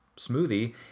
smoothie